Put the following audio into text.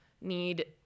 need